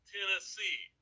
Tennessee